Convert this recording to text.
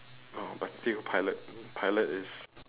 oh but still pilot pilot is